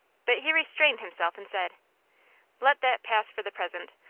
but he restrained himself and said let that pass for the present.